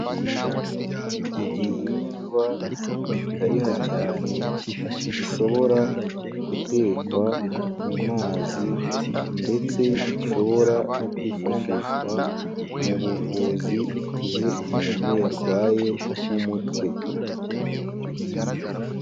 Igihingwa gikariha cyane gishobora gutekwa mu mazi ndetse ishobora no kwifashishwa mu buvuzi igihe umuntu yarwaye nk'umutwe.